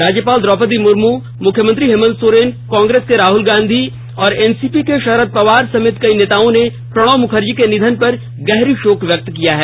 राज्यपाल द्रौपदी मुर्मू मुख्यमंत्री हेमंत सोरेनकांग्रेस के राहुल गांधी और एनसीपी के शरद पवार समेत कई नेताओं ने प्रणब मुखर्जी के निधन पर गहरा शोक व्यक्त किया है